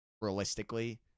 realistically